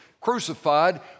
crucified